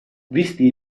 visti